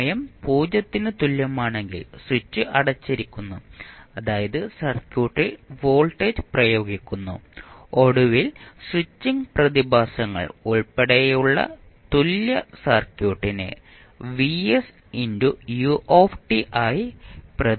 സമയം പൂജ്യത്തിന് തുല്യമാണെങ്കിൽ സ്വിച്ച് അടച്ചിരിക്കുന്നു അതായത് സർക്യൂട്ടിൽ വോൾട്ടേജ് പ്രയോഗിക്കുന്നു ഒടുവിൽ സ്വിച്ചിംഗ് പ്രതിഭാസങ്ങൾ ഉൾപ്പെടെയുള്ള തുല്യ സർക്യൂട്ടിനെ ആയി പ്രതിനിധീകരിക്കാമെന്ന് നിങ്ങൾ കാണും